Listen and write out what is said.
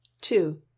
two